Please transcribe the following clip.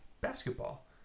basketball